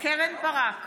קרן ברק,